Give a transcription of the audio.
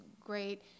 great